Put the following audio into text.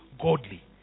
godly